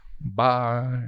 Bye